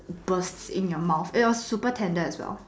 burst in your mouth it was super tender as well